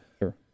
Sure